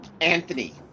Anthony